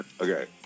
Okay